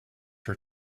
her